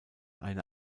eine